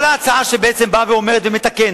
כל ההצעה שבאה ומתקנת